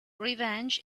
revenge